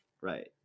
right